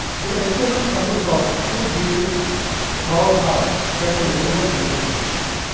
the experiment consists of two beating frog hearts kept in ringer solution.